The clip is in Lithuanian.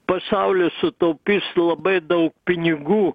pasaulis sutaupys labai daug pinigų